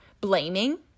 blaming